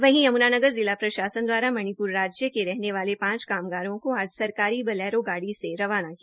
वहीं यम्नानगर जिला प्रशासन द्वारा मणिप्र राज्य के रहने वाले पांच कामगारों को आज सरकारी बलैरो गाड़ी से रवाना किया